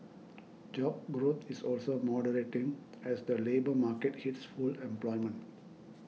job growth is also moderating as the labour market hits full employment